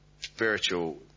spiritual